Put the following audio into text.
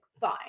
fine